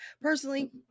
personally